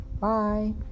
Bye